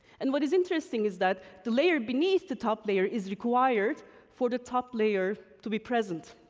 and what is interesting is that the layer beneath the top layer is required for the top layer to be present.